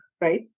right